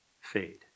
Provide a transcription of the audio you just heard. fade